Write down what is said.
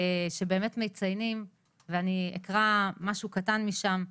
שבאמת מציינים ואני אקרא משהו קטן משם: